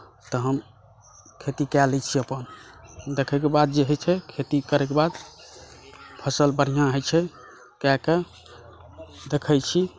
तऽ हम खेती कए लै छी अपन देखैके बाद जे होइ छै खेती करएक बाद फसल बढ़िऑं होइ छै कए कऽ देखै छी